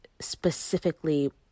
specifically